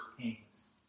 Kings